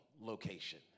location